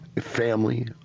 family